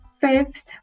Fifth